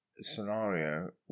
scenario